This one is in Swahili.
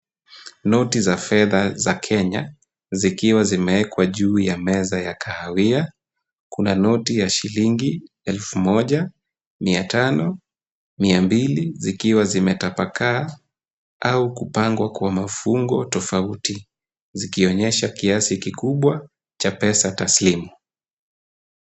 Noti za fedha za Kenya zikiwa zimeekwa juu ya meza ya kahawia. Kuna noti ya shilingi elfu moja, mia tano, mia mbili zikiwa zimetapakaa au kupangwa kwa mafungo tofauti zikionyesha kiasi kikubwa cha pesa tasilimu.